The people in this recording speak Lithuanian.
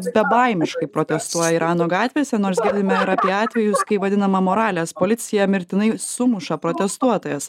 bebaimiškai protestuoja irano gatvėse nors girdime ir apie atvejus kai vadinama moralės policija mirtinai sumuša protestuotojas